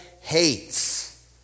hates